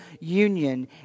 union